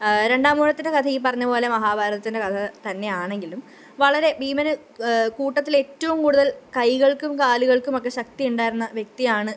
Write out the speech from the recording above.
രണ്ടാമൂഴത്തിന്റെ കഥ ഈ പറഞ്ഞത് പോലെ മഹാഭാരതത്തിന്റെ കഥ തന്നെയാണങ്കിലും വളരെ ഭീമന് കൂട്ടത്തിലേറ്റവും കൂടുതല് കൈകള്ക്കും കാലുകള്ക്കുമൊക്കെ ശക്തിയുണ്ടായിരുന്ന വ്യക്തിയാണ്